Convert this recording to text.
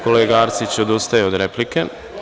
Kolega Arsić odustaje od replike.